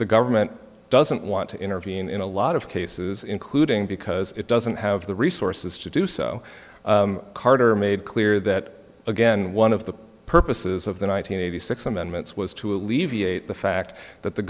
the government doesn't want to intervene in a lot of cases including because it doesn't have the resources to do so carter made clear that again one of the purposes of the one thousand nine hundred six amendments was to alleviate the fact that the